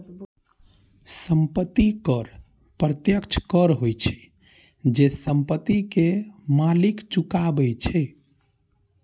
संपत्ति कर प्रत्यक्ष कर होइ छै, जे संपत्ति के मालिक चुकाबै छै